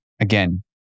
again